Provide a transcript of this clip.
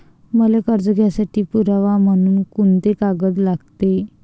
मले कर्ज घ्यासाठी पुरावा म्हनून कुंते कागद लागते?